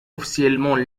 officiellement